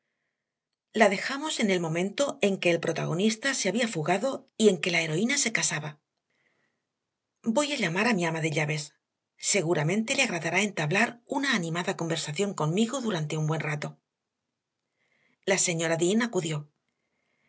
la dejamos en el momento en que el protagonista se había fugado y en que la heroína se casaba voy a llamar a mi ama de llaves seguramente le agradará entablar una animada conversación conmigo durante un buen rato la señora dean acudió